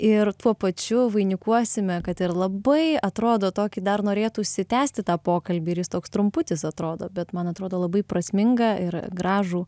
ir tuo pačiu vainikuosime kad ir labai atrodo tokį dar norėtųsi tęsti tą pokalbį ir jis toks trumputis atrodo bet man atrodo labai prasmingą ir gražų